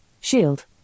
shield